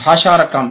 భాషా రకం